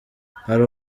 hari